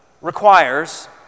requires